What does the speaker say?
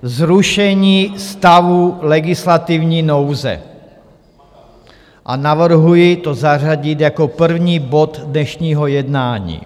Zrušení stavu legislativní nouze a navrhuji to zařadit jako první bod dnešního jednání.